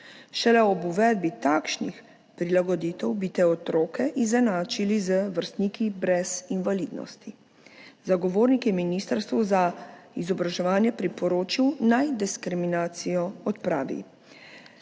Šele ob uvedbi takšnih prilagoditev bi te otroke izenačili z vrstniki brez invalidnosti. Zagovornik je ministrstvu za izobraževanje priporočil, naj diskriminacijo odpravi.